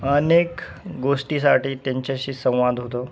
अनेक गोष्टीसाठी त्यांच्याशी संवाद होतो